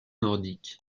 nordique